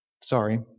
Sorry